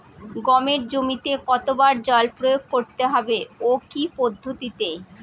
গমের জমিতে কতো বার জল প্রয়োগ করতে হবে ও কি পদ্ধতিতে?